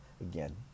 Again